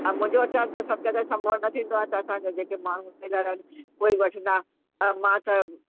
हा मुंहिंजो अचणु त सभु जॻहि संभव न थींदो आहे त असांजा जेके माण्हू टेलर आहिनि उहे ई वठंदा आहिनि त मां त